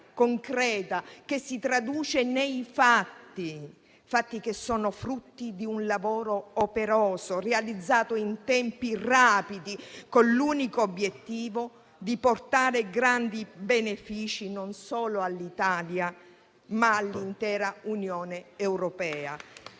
concreta, che si traduce nei fatti. Tali fatti sono frutto di un lavoro operoso, realizzato in tempi rapidi, con l'unico obiettivo di portare grandi benefici, non solo all'Italia, ma all'intera Unione europea,